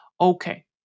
okay